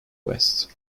west